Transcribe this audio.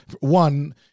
one